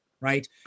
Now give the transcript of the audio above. right